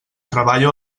treballo